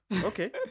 Okay